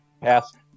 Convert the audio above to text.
Pass